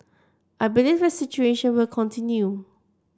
I believe the situation will continue